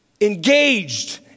engaged